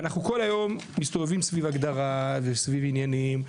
אנחנו כל היום מסתובבים סביב הגדרה וסביב עניינים,